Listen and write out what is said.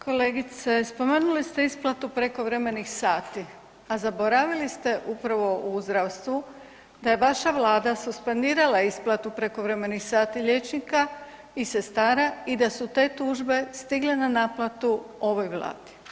Kolegice spomenuli ste isplatu prekovremenih sati, a zaboravili ste upravo u zdravstvu da je vaša vlada suspendirala isplatu prekovremenih sata liječnika i sestara i da su te tužbe stigle na naplatu ovoj Vladi.